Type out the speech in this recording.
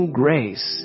grace